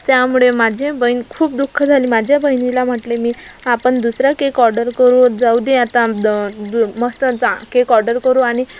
त्यामुळे माझे बहीण खूप दु खी झाली माझे बहिणीला म्हटले मी आपण दुसरा केक ऑर्डर करू जाऊ दे आता द दू मस्त जा केक ऑर्डर करू आणि